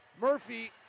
Murphy